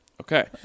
Okay